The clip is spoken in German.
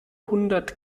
hundert